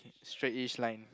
K straight-ish line